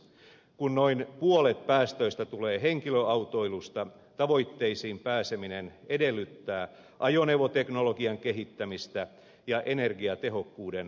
kun noin puolet päästöistä tulee henkilöautoilusta tavoitteisiin pääseminen edellyttää ajoneuvoteknologian kehittämistä ja energiatehokkuuden parantamista